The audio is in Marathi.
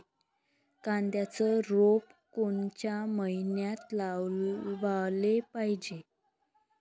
कांद्याचं रोप कोनच्या मइन्यात लावाले पायजे?